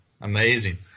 Amazing